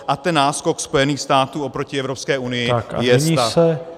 A ten náskok Spojených států oproti Evropské unii je